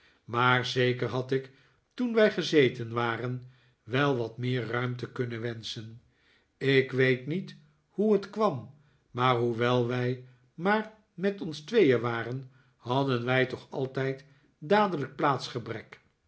maar zeker had ik toen wij gezeten waren wel wat meer ruimte kunnen wenschen ik weet niet hoe het kwam maar hoewel wij maar met ons tweeen waren r hadden wij toch altijd dadelijk plaatsgebrek